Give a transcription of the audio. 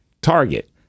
Target